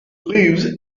lives